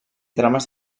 drames